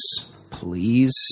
please